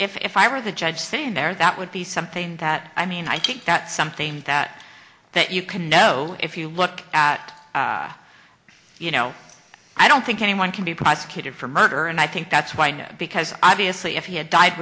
unhappy if i were the judge thing there that would be something that i mean i think that's something that that you can know if you look at you know i don't think anyone can be prosecuted for murder and i think that's why no because obviously if he had died